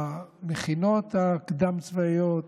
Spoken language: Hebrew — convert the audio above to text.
המכינות הקדם-צבאיות,